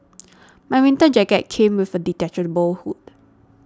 my winter jacket came with a detachable hood